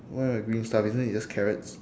where got green stuff isn't it just carrots